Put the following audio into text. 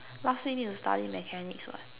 last week need to study mechanics [what]